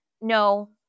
no